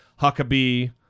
Huckabee